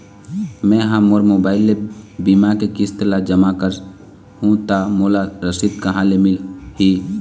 मैं हा मोर मोबाइल ले बीमा के किस्त ला जमा कर हु ता मोला रसीद कहां ले मिल ही?